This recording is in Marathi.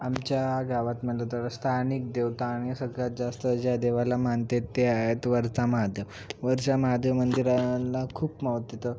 आमच्या गावात म्हटलं तर स्थानिक देवता आणि सगळ्यात जास्त ज्या देवाला मानते ते आहेत वरचा महादेव वरचा महादेव मंदिराला खूप महत तिथं